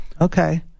okay